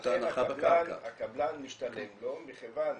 הקבלן משתלם לו מכיוון,